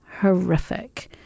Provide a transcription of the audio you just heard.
horrific